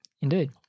Indeed